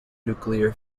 nuclear